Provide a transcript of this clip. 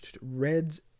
reds